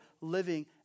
living